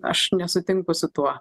aš nesutinku su tuo